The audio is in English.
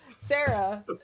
Sarah